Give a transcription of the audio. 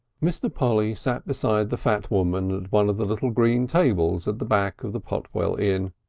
mr. polly sat beside the fat woman at one of the little green tables at the back of the potwell inn,